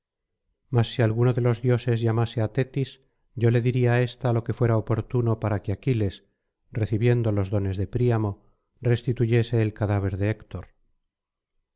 mas si alguno de los dioses llamase á tetis yo le diría á ésta lo que fuera oportuno para que aquiles recibiendo los dones de príamo restituyese el cadáver de héctor